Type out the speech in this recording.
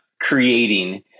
creating